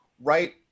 right